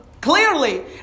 clearly